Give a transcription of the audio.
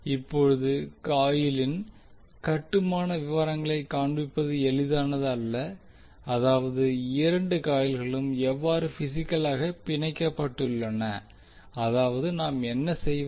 இப்போது காயிலின் கட்டுமான விவரங்களைக் காண்பிப்பது எளிதானது அல்ல அதாவது இரண்டு காயில்களும் எவ்வாறு பிசிக்கலாக பிணைக்கப்பட்டுள்ளன அதாவது நாம் என்ன செய்வது